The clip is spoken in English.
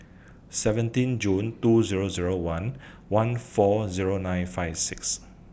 seventeen June two Zero Zero one one four Zero nine five six